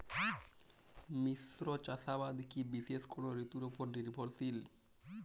মিশ্র চাষাবাদ কি বিশেষ কোনো ঋতুর ওপর নির্ভরশীল?